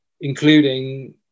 including